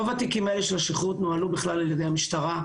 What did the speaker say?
רוב התיקים האלה של השכרות נוהלו בכלל על ידי המשטרה.